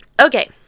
Okay